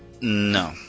No